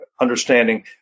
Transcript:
understanding